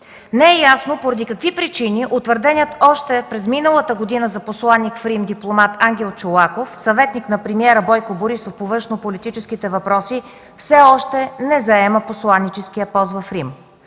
Не е ясно по какви причини утвърденият още през миналата година за посланик в Рим дипломат Ангел Чолаков – съветник на премиера Бойко Борисов по външнополитическите въпроси, все още не заема посланическия пост в Рим.